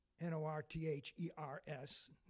N-O-R-T-H-E-R-S